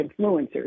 influencers